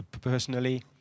personally